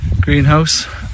greenhouse